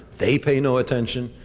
they pay no attention.